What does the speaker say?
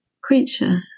creature